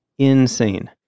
Insane